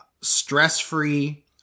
Stress-free